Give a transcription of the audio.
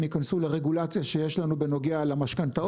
ייכנסו לרגולציה שיש לנו בנוגע למשכנתאות,